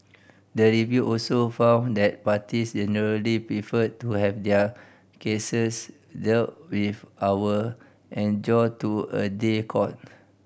the review also found that parties generally preferred to have their cases dealt with our adjourned to a day court